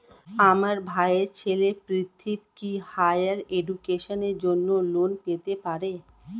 আমার ভাইয়ের ছেলে পৃথ্বী, কি হাইয়ার এডুকেশনের জন্য লোন পেতে পারে?